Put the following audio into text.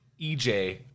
EJ